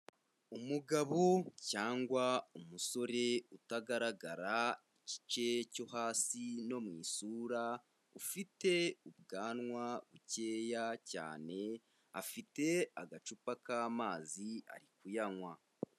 Umugabo cyangwa umusore utagaragara igice cyo hasi no mu isura, ufite ubwanwa bukeya cyane, afite agacupa k'amazi ari kuyanywa.